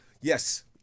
yes